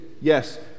yes